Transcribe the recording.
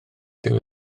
dyw